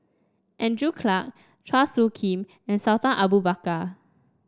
Andrew Clarke Chua Soo Khim and Sultan Abu Bakar